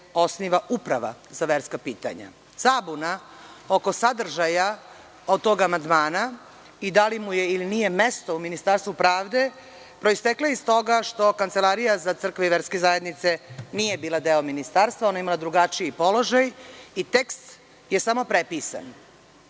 osniva uprava za verska pitanja. Zabuna oko sadržaja tog amandmana, i da li mu je ili nije mesto u Ministarstvu pravde, proistekla je iz toga što Kancelarija za crkve i verske zajednice nije bila deo ministarstva, ona je imala drugačiji položaj, i tekst je samo prepisan.